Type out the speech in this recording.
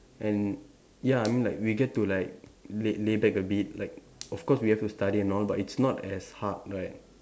and ya I mean like we get to like lay lay back a bit like of course we have to study and all but it's not as hard right